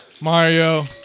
Mario